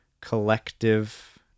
collective